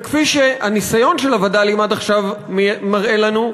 וכפי שהניסיון של הווד"לים עד עכשיו מראה לנו,